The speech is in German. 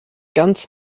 ganz